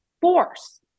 force